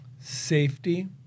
safety